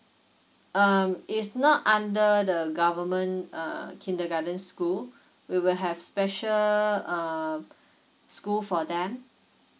um it's not under the government uh kindergarten school we will have special um school for them